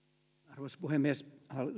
arvoisa puhemies